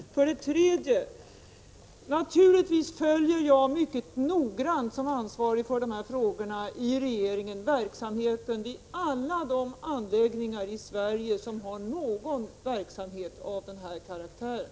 För det tredje: I egenskap av den i regeringen som än ansvarig för dessa frågor följer jag naturligtvis mycket noggrant utvecklingen vid alla de anläggningar i Sverige som har någon verksamhet av den här karaktären.